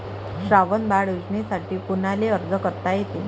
श्रावण बाळ योजनेसाठी कुनाले अर्ज करता येते?